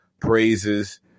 praises